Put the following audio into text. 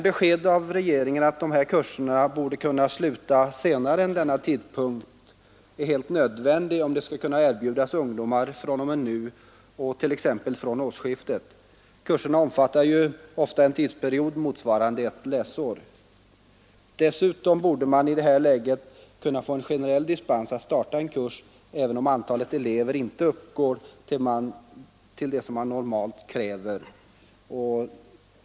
Besked av regeringen att dessa kurser borde kunna sluta senare än vid denna tidpunkt torde vara helt nödvändigt om de skall kunna erbjudas ungdomar nu och t.ex. fr.o.m., årsskiftet. Kurserna omfattar ju ofta en tidsperiod motsvarande ett läsår. Dessutom borde man i detta läge kunna få generell dispens att starta en kurs även om antalet elever ej uppgår till det som man normalt kräver.